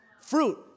Fruit